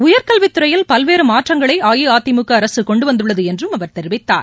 உயர்கல்வித் துறையில் பல்வேறு மாற்றங்களை அஇஅதிமுக அரசு கொண்டு வந்துள்ளது என்றும் அவர் தெரிவித்தார்